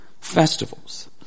festivals